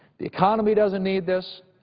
the economy doesn't need this,